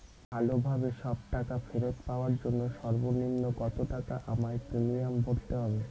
ভালোভাবে সব টাকা ফেরত পাওয়ার জন্য সর্বনিম্ন কতটাকা আমায় প্রিমিয়াম ভরতে হবে?